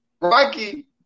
Rocky